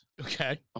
Okay